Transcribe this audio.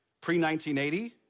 Pre-1980